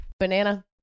banana